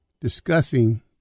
discussing